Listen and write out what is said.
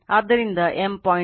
ಆದ್ದರಿಂದ M 0